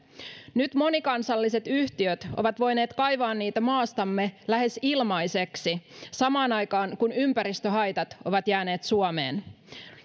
nyt monikansalliset yhtiöt ovat voineet kaivaa niitä maastamme lähes ilmaiseksi samaan aikaan kun ympäristöhaitat ovat jääneet suomeen